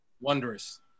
Wondrous